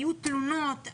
היו תלונות,